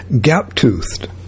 Gap-toothed